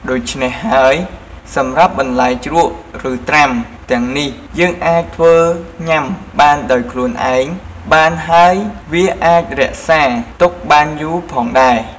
ដូច្នេះហេីយសម្រាប់បន្លែជ្រក់ឬត្រាំទាំងនេះយេីងអាចធ្វេីញាំបានដោយខ្លួនឯងបានហេីយវាអាចរក្សាទុកបានយូរផងដែរ។